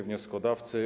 Wnioskodawcy!